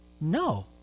No